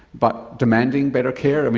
but demanding better care?